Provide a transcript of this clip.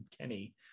Kenny